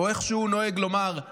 או איך שהוא נוהג לומר,